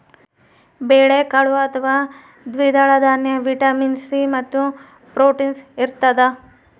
ಬೇಳೆಕಾಳು ಅಥವಾ ದ್ವಿದಳ ದಾನ್ಯ ವಿಟಮಿನ್ ಸಿ ಮತ್ತು ಪ್ರೋಟೀನ್ಸ್ ಇರತಾದ